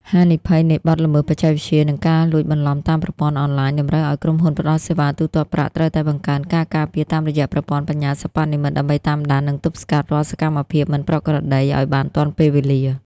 ហានិភ័យនៃបទល្មើសបច្ចេកវិទ្យា និងការលួចបន្លំតាមប្រព័ន្ធអនឡាញ តម្រូវឱ្យក្រុមហ៊ុនផ្ដល់សេវាទូទាត់ប្រាក់ត្រូវតែបង្កើនការការពារតាមរយៈប្រព័ន្ធបញ្ញាសិប្បនិម្មិតដើម្បីតាមដាន និងទប់ស្កាត់រាល់សកម្មភាពមិនប្រក្រតីឱ្យបានទាន់ពេលវេលា។